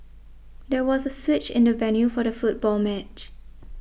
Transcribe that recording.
there was a switch in the venue for the football match